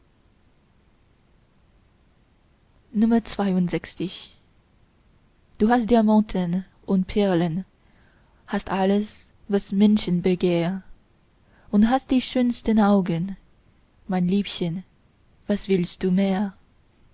du hast diamanten und perlen hast alles was menschenbegehr und hast die schönsten augen mein liebchen was willst du mehr